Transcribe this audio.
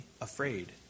afraid